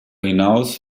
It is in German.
hinaus